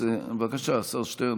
השר שטרן,